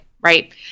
right